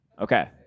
Okay